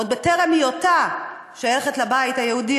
עוד בטרם היותה שייכת לבית היהודי,